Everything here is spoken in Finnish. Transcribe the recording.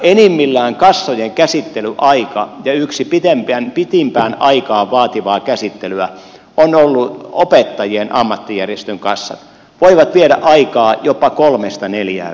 enimmillään kassojen käsittelyaika ja yksi pisimmän aikaa vaativaa käsittely on ollut opettajien ammattijärjestön kassa sillä voi viedä aikaa jopa kolmesta neljään viikkoon